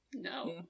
No